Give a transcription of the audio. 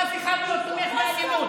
אף אחד לא תומך באלימות,